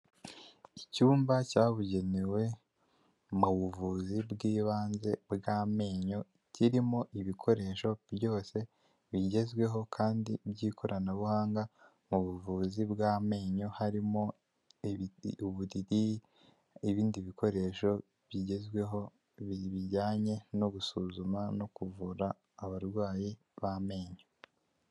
Icyumba cyabugenewe mu buvuzi bw'ibanze bw'amenyo kirimo ibikoresho byose bigezweho kandi by'ikoranabuhanga mu buvuzi bw'amenyo harimo uburiri, ibindi bikoresho bigezweho bijyanye no gusuzuma no kuvura abarwayi b'amenyo.